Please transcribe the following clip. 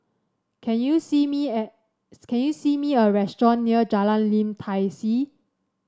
can you see me at can you see me a restaurant near Jalan Lim Tai See